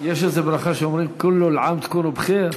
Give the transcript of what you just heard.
יש איזו ברכה, אומרים: כול עאם תקולו בח'יר?